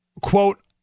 quote